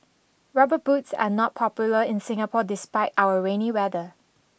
rubber boots are not popular in Singapore despite our rainy weather